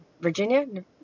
Virginia